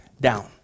down